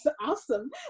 awesome